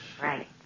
Right